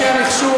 אנשי המחשוב,